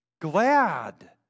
glad